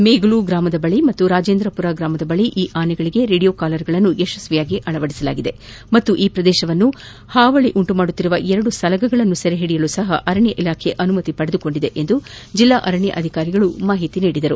ಮೇಗಲು ಗ್ರಾಮದ ಬಳಿ ಹಾಗೂ ರಾಜೇಂದ್ರಪುರ ಗ್ರಾಮದ ಬಳಿ ಈ ಅನೆಗಳಿಗೆ ರೇಡಿಯೋ ಕಾಲರ್ಗಳನ್ನು ಯಶಸ್ವಿಯಾಗಿ ಅಳವಡಿಸಲಾಗಿದೆ ಮತ್ತು ಈ ಪ್ರದೇಶಗಳಲ್ಲಿ ಹಾವಳಿ ಉಂಟುಮಾಡುತ್ತಿರುವ ಎರಡು ಸಲಗಗಳನ್ನು ಸೆರೆಹಿಡಿಯಲು ಸಹ ಅರಣ್ಯ ಇಲಾಖೆ ಅನುಮತಿ ಪಡೆದುಕೊಂಡಿದೆ ಎಂದು ಜಿಲ್ಲಾ ಅರಣ್ಯಾಧಿಕಾರಿಗಳು ಮಾಹಿತಿ ನೀಡಿದ್ದಾರೆ